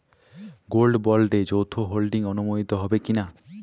Gold বন্ডে যৌথ holding অনুমোদিত হবে কিনা?